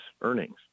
earnings